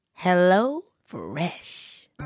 HelloFresh